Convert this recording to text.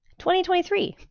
2023